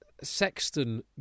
Sexton